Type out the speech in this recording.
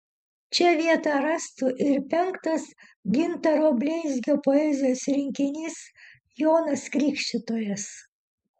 čia vietą rastų ir penktas gintaro bleizgio poezijos rinkinys jonas krikštytojas